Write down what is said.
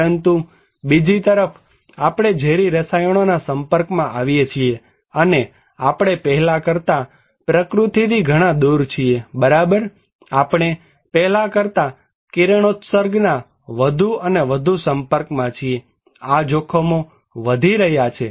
પરંતુ બીજી તરફ આપણે ઝેરી રસાયણોના સંપર્કમાં છીએ અને આપણે પહેલાં કરતાં પ્રકૃતિથી ઘણા દૂર છીએ બરાબર આપણે પહેલા કરતા કિરણોત્સર્ગના વધુ અને વધુ સંપર્કમાં છીએ આ જોખમો વધી રહ્યા છે